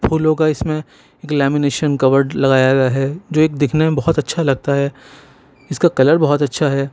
پھولوں کا اس میں لیمِنیشن کورڈ لگایا گیا ہے جو ایک دِکھنے میں بہت اچھا لگتا ہے اس کا کلر بہت اچھا ہے